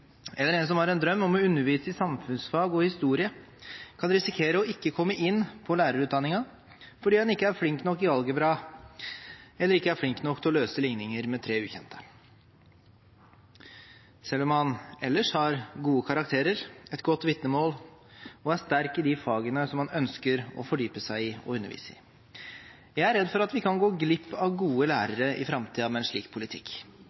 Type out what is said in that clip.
eller en som har en drøm om å undervise i samfunnsfag og historie, kan risikere å ikke komme inn på lærerutdanningen fordi man ikke er flink nok i algebra eller ikke er flink nok til å løse likninger med tre ukjente, selv om man ellers har gode karakterer, et godt vitnemål og er sterk i de fagene som man ønsker å fordype seg i og undervise i. Jeg er redd for at vi kan gå glipp av gode lærere i framtiden med en slik politikk.